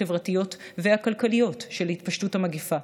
החברתיות והכלכליות של התפשטות המגפה.